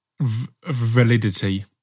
validity